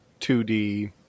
2D